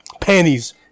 panties